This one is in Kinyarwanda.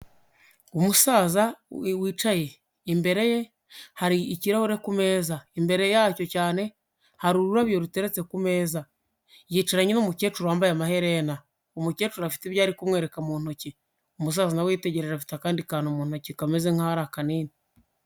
Umusaza wicaye imbere ye hari ikirahuri ku meza, imbere cyo cyane hari ururabyo rutetse ku meza, yicaranye n'umukecuru wambaye amaherena, umukecuru afite ibyo ari kumwereka mu ntoki. Umusaza nawe yitegereje afite akandi kantu mutoki kameze nkaho ari akanini.